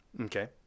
Okay